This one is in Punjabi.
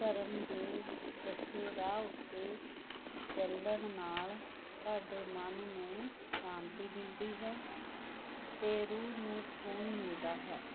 ਧਰਮ ਦੇ ਦੱਸੇ ਰਾਹ ਉੱਤੇ ਚੱਲਣ ਨਾਲ ਸਾਡੇ ਮਨ ਨੂੰ ਸ਼ਾਂਤੀ ਮਿਲਦੀ ਹੈ ਅਤੇ ਰੂਹ ਨੂੰ ਸਕੂਨ ਮਿਲਦਾ ਹੈ